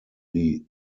die